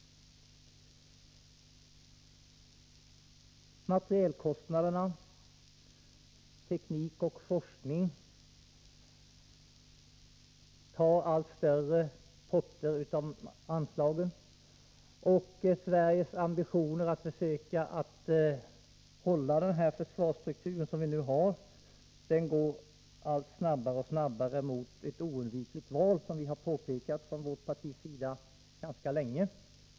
Materialkostnader, teknik och forskning tar allt större potter av anslagen, och Sveriges ambitioner att försöka hålla den försvarsstruktur som vi nu har går allt snabbare mot ett oundvikligt val, som vårt parti har påpekat ganska länge.